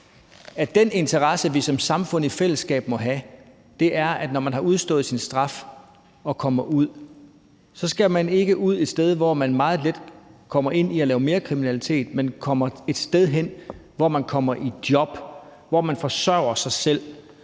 at den interesse, vi som samfund i fællesskab må have, er, at når man har udstået sin straf og kommer ud, skal man ikke ud et sted, hvor man meget let kommer ud i at lave mere kriminalitet, men kommer et sted hen, hvor man kommer i job, hvor man forsørger sig selv,